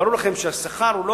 ברור לכם שהשכר הוא לא